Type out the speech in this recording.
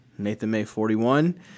NathanMay41